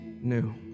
new